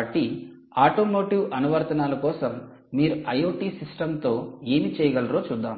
కాబట్టి ఆటోమోటివ్ అనువర్తనాల కోసం మీరు IoT సిస్టమ్తో ఏమి చేయగలరో చూద్దాం